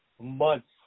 months